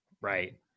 right